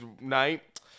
night